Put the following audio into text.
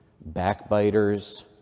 backbiters